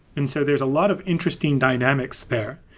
and so there's a lot of interesting dynamics there.